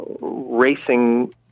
racing